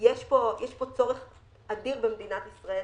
יש צורך אדיר במדינת ישראל.